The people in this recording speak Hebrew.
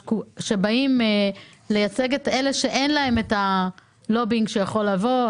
שבאים לייצג את אלה שאין להם לובינג שיכול לבוא,